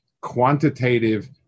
quantitative